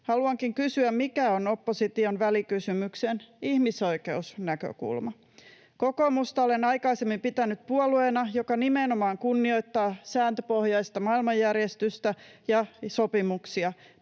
Haluankin kysyä, mikä on opposition välikysymyksen ihmisoikeusnäkökulma. Kokoomusta olen aikaisemmin pitänyt puolueena, joka nimenomaan kunnioittaa sääntöpohjaista maailmanjärjestystä ja sopimuksia,